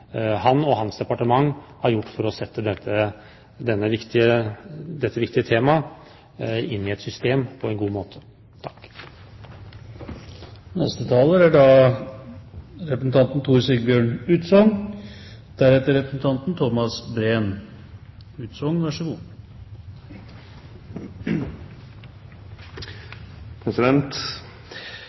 han og hans departement har gjort for å sette dette viktige temaet inn i et system på en god måte. Voldsoffererstatning er